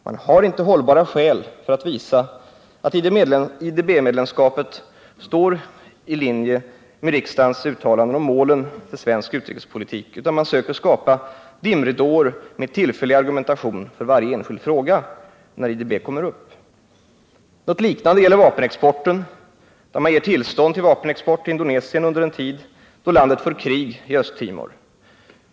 Man har inte hållbara skäl för att visa att IDB-medlemskapet ligger i linje med riksdagens uttalanden om målen för svensk utrikespolitik, utan man söker skapa dimridåer med tillfällig argumentation för varje enskild fråga, när IDB kommer upp. Något liknande gäller vapenexporten, där man ger tillstånd till vapenexport till Indonesien under en tid då landet för krig i Östtimor.